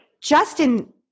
Justin